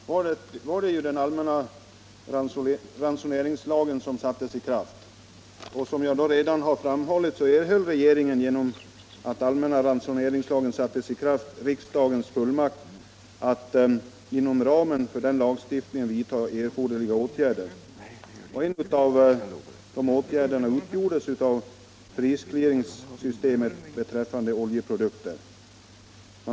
Herr talman! I samband med oljekrisen var det ju den allmänna ransoneringslagen som sattes i kraft, och som jag redan framhållit erhöll regeringen därigenom riksdagens fullmakt att inom ramen för den lagstiftningen vidta erforderliga åtgärder. Prisclearingsystemet beträffande oljeprodukter var en av de åtgärderna.